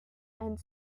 were